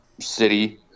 city